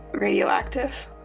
radioactive